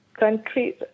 Countries